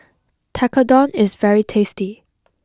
Tekkadon is very tasty